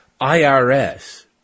irs